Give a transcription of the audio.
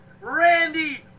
Randy